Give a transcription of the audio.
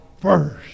First